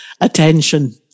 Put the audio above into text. attention